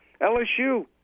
LSU